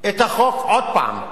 את החוק עוד פעם.